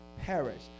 perish